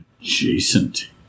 Adjacent